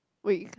wait